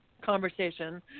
conversation